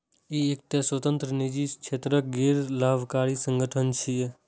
ई एकटा स्वतंत्र, निजी क्षेत्रक गैर लाभकारी संगठन छियै